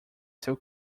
seu